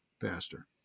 pastor